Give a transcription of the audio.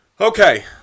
Okay